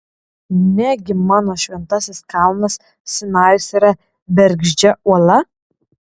negi mano šventasis kalnas sinajus yra bergždžia uola